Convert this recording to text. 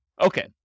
Okay